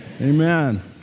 Amen